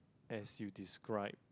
as you describe